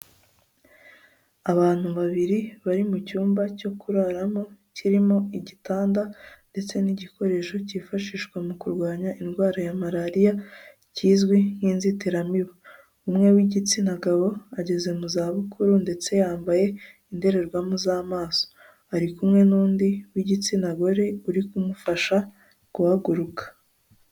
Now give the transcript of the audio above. Abantu babiri bari mu cyumba cyo kuraramo kirimo igitanda ndetse n'igikoresho kifashishwa mu kurwanya indwara ya Maraliya kizwi nk'inzitiramibu. Umwe w'igitsina gabo ageze mu zabukuru ndetse yambaye indorerwamo z'amaso. Ari kumwe n'undi w'igitsina gore uri kumufasha guhaguruka.